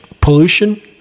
pollution